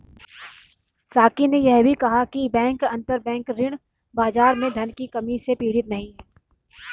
साकी ने यह भी कहा कि बैंक अंतरबैंक ऋण बाजार में धन की कमी से पीड़ित नहीं हैं